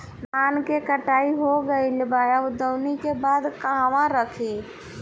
धान के कटाई हो गइल बा अब दवनि के बाद कहवा रखी?